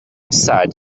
sad